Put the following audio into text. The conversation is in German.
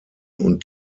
und